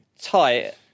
tight